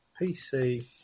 PC